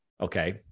okay